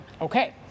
Okay